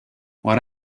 what